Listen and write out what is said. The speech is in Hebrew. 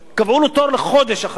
קבעו לו תור לחודש אחרי.